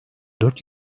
dört